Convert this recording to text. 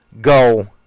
go